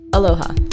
Aloha